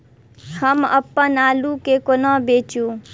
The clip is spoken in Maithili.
हम अप्पन आलु केँ कोना बेचू?